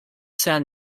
sand